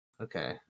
Okay